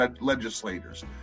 legislators